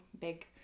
big